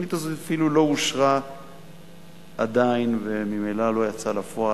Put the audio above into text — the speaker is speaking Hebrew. התוכנית הזאת אפילו לא אושרה עדיין וממילא לא יצאה לפועל.